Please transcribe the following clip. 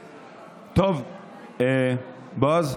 בועז?